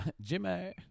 jimmy